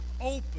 open